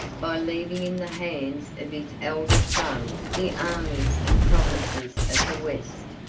by leaving in the hands of his eldest son the armies and provinces of the west.